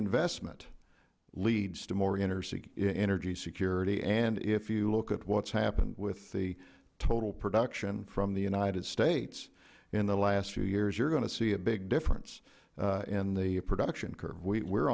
reinvestment leads to more energy security and if you look at what's happened with the total production from the united states in the last few years you're going to see a big difference in the production curve we're